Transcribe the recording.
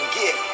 get